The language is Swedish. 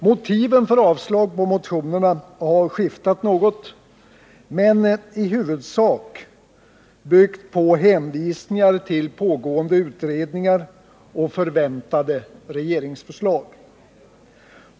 Motiven för avslag på motionerna har skiftat något men i huvudsak byggt på hänvisningar till pågående utredningar och förväntade regeringsförslag.